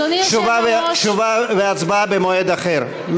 אדוני היושב-ראש, תשובה והצבעה במועד אחר.